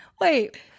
wait